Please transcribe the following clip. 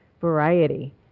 variety